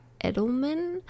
edelman